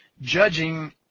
judging